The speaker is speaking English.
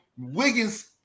Wiggins